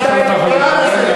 משפט אחרון.